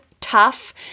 tough